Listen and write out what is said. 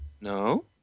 No